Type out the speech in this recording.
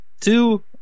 two